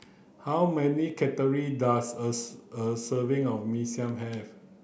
how many calorie does a a serving of Mee Siam have